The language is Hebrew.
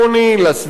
לסביבה,